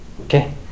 Okay